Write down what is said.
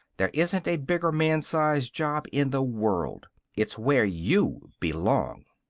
there isn't a bigger man-size job in the world. it's where you belong.